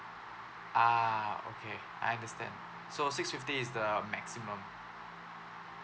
ah okay I understand so six fifty is the maximum